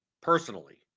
personally